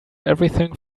everything